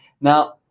Now